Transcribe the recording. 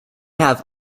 have